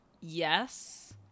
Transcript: yes